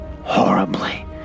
horribly